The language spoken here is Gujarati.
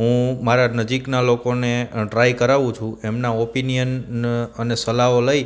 હું મારા નજીકના લોકોને ટ્રાય કરાવું છું એમના ઓપીનીયન અને સલાહો લઈ